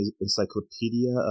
encyclopedia